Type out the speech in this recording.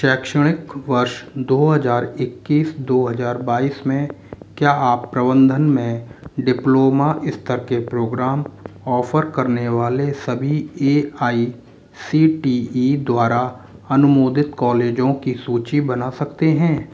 शैक्षणिख वर्ष दो हज़ार इक्कीस दो हज़ार बाईस में क्या आप प्रबंधन में डिप्लोमा स्तर के प्रोग्राम ऑफर करने वाले सभी A I C T E द्वारा अनुमोदित कॉलेजों की सूची बना सकते हैं